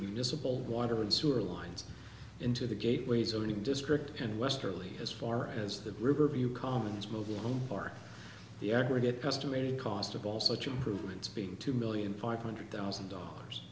municipal water and sewer lines into the gateways or even district and westerly as far as the river view common's mobile home park the aggregate customary cost of all such improvements being two million five hundred thousand dollars